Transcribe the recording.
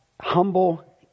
humble